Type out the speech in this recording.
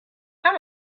how